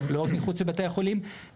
לא רק מחוץ לבתי חולים,